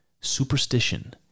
superstition